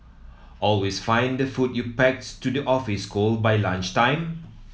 always find the food you packs to the office cold by lunchtime